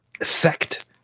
sect